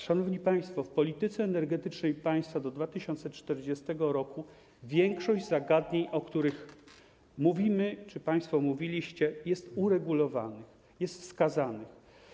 Szanowni państwo, w polityce energetycznej państwa do 2040 r. większość zagadnień, o których mówimy czy o których państwo mówiliście, jest uregulowana, jest wskazana.